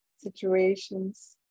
situations